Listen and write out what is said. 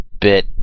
bit